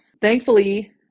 thankfully